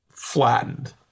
flattened